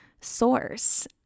source